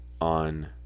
on